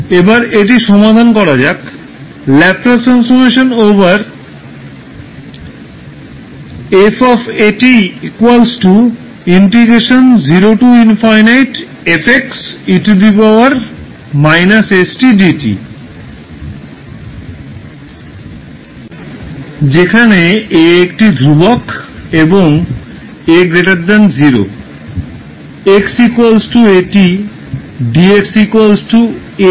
এবার এটি সমাধান করা যাক ℒ 𝑓 𝑎𝑡 যেখানে a একটি ধ্রুবক এবং a ০